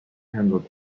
handles